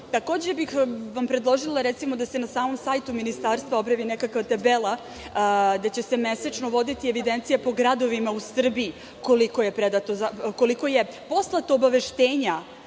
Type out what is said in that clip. nalog. Takođe, predložila bih da se na samom sajtu ministarstva objavi nekakva tabela gde će se mesečno voditi evidencija po gradovima u Srbiji, koliko je predato zahteva,